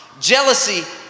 jealousy